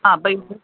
ആ അപ്പം ഇത്